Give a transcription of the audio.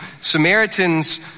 Samaritans